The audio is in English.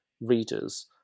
readers